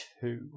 two